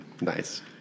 Nice